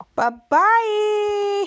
Bye-bye